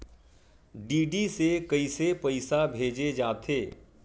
DD से कइसे पईसा भेजे जाथे?